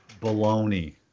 baloney